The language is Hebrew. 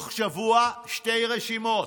תוך שבוע שתי רשימות,